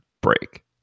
break